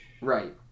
Right